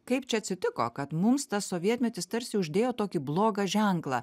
kaip čia atsitiko kad mums tas sovietmetis tarsi uždėjo tokį blogą ženklą